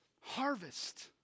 harvest